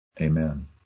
Amen